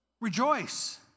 Rejoice